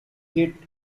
hit